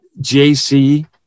jc